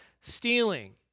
stealing